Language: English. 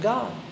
God